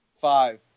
Five